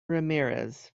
ramirez